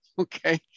okay